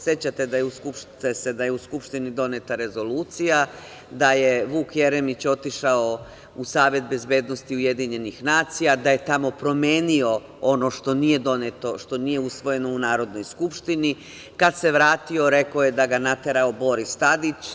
Sećate se da je u Skupštini doneta Rezolucija, da je Vuk Jeremić otišao u Savet bezbednosti UN, da je tamo promenio ono što nije usvojeno u Narodnoj skupštini, kad se vratio rekao je da ga je naterao Boris Tadić.